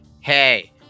hey